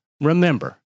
remember